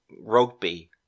rugby